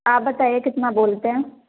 आप बताए कितना बोलते हैं